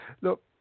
Look